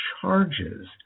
charges